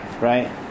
right